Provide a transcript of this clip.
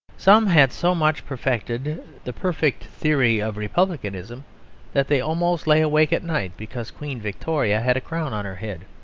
some had so much perfected the perfect theory of republicanism that they almost lay awake at night because queen victoria had a crown on her head.